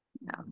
No